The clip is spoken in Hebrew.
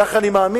כך אני מאמין.